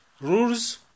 rules